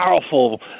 powerful